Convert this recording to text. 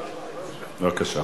בבקשה.